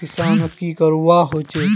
किसानोक की करवा होचे?